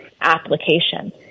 application